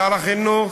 שר החינוך,